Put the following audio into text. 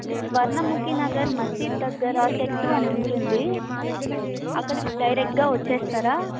ఇక్కడ స్వర్ణముఖి నగర్ మసీద్ దగ్గర తెట్టు అని ఉంటుంది అక్కడికి డైరెక్ట్గా వస్తారా